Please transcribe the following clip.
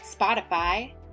Spotify